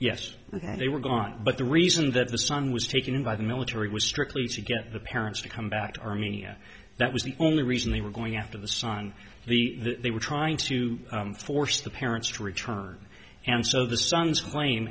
yes they were gone but the reason that the son was taken in by the military was strictly to get the parents to come back to armenia that was the only reason they were going after the son the they were trying to force the parents to return and so the son's cla